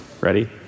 Ready